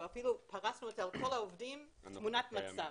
או אפילו פרסנו את זה על כל העובדים תמונת מצב.